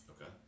Okay